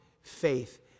faith